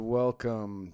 welcome